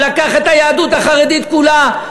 הוא לקח את היהדות החרדית כולה,